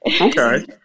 Okay